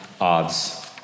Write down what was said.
odds